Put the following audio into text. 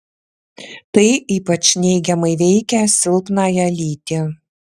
tai ypač neigiamai veikia silpnąją lytį